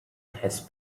has